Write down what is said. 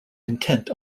intent